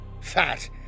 Fat